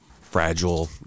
Fragile